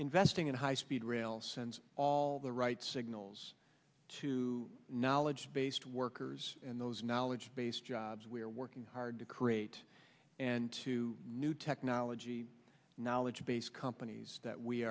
investing in high speed rail since all the right signals to knowledge based workers and those knowledge base jobs we're working hard to create and two new technology knowledge based companies that we